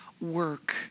work